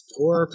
Poor